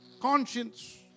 conscience